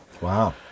wow